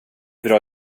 bra